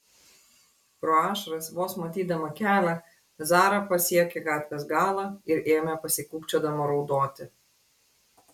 pro ašaras vos matydama kelią zara pasiekė gatvės galą ir ėmė pasikūkčiodama raudoti